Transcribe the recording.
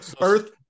Earth